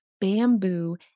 bamboo